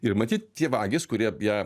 ir matyt tie vagys kurie ją